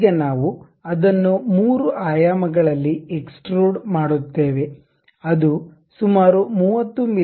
ಈಗ ನಾವು ಅದನ್ನು 3 ಆಯಾಮಗಳಲ್ಲಿ ಎಕ್ಸ್ಟ್ರುಡ್ ಮಾಡುತ್ತೇವೆ ಅದು ಸುಮಾರು 30 ಮಿ